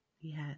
yes